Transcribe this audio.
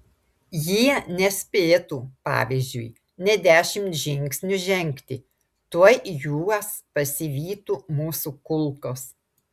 jie nespėtų pavyzdžiui nė dešimt žingsnių žengti tuoj juos pasivytų mūsų kulkos